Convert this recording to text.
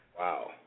Wow